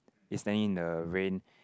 is standing in the rain